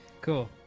Cool